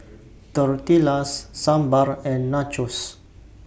Tortillas Sambar and Nachos